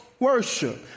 Worship